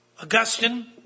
Augustine